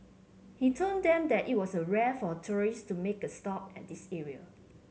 he told them that it was rare for tourists to make a stop at this area